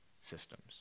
systems